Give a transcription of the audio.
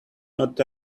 not